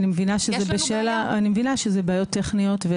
אני מבינה שזה בעיות טכניות,